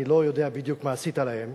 אני לא יודע בדיוק מה עשית להם,